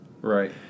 Right